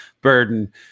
burden